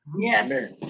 Yes